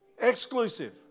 exclusive